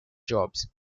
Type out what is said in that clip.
jobs